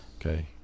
Okay